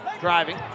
driving